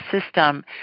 system